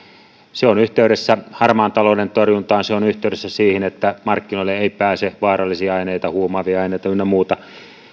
se on yhteydessä harmaan talouden torjuntaan se on yhteydessä siihen että markkinoille ei pääse vaarallisia aineita huumaavia aineita ynnä muuta